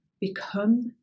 become